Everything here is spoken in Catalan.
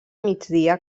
migdia